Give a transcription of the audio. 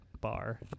bar